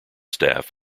staff